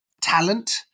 talent